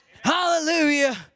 hallelujah